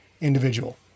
individual